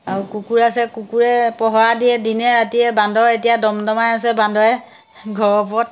আৰু কুকুৰ আছে কুকুৰে পহৰা দিয়ে দিনে ৰাতিয়ে বান্দৰ এতিয়া দমদমাই আছে বান্দৰে ঘৰৰ ওপৰত